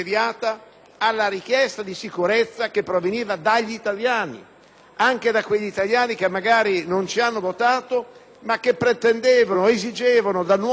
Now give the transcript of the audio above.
anche da quegli italiani che magari non ci hanno votato ma che pretendevano, esigevano dal nuovo Parlamento una risposta forte in tema di sicurezza.